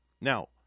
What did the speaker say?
Now